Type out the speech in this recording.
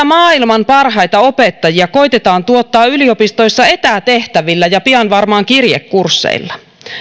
maailman parhaita opettajia koetetaan tuottaa yliopistoissa etätehtävillä ja pian varmaan kirjekursseilla